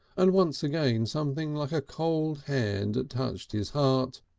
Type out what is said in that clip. and once again something like a cold hand touched his heart,